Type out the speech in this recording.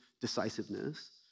decisiveness